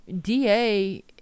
DA